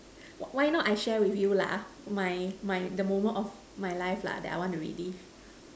why not I share with you lah my my the moment of my life lah that I want to relive